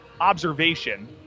observation